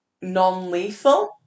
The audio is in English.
non-lethal